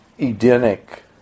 Edenic